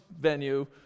venue